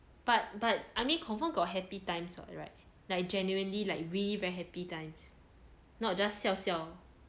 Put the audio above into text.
but but I mean confirm got happy times what right like genuinely like really very happy times not just 笑笑